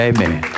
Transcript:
Amen